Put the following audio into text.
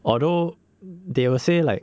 although they will say like